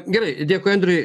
gerai dėkui andriui